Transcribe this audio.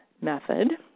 method